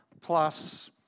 plus